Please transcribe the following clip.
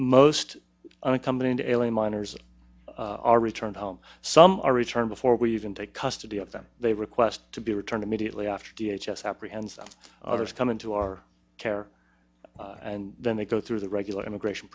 most unaccompanied alien minors are returned home some are returned before we even take custody of them they request to be returned immediately after t h s apprehends others come into our care and then they go through the regular immigration